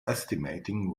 estimating